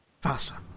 Faster